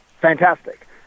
Fantastic